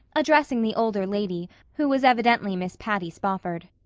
addressing the older lady, who was evidently miss patty spofford.